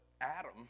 Adam